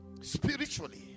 spiritually